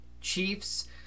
Chiefs